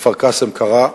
בכפר-קאסם קרה.